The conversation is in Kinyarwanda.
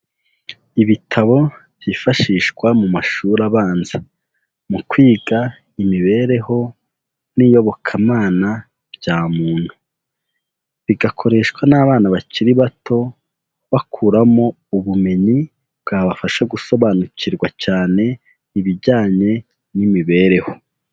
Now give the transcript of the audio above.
Ibitabo byifashishwa mu mashuri abanza, mu kwiga imibereho n'iyobokamana bya muntu, bigakoreshwa n'abana bakiri bato, bakuramo ubumenyi bwabafasha gusobanukirwa cyane ibijyanye n'imibereho.